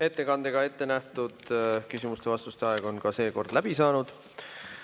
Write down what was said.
Ettekandjale ette nähtud küsimuste ja vastuste aeg on ka seekord läbi saanud.